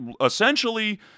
essentially